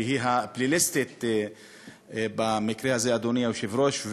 שהיא הפליליסטית במקרה הזה, אדוני היושב-ראש?